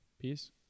Peace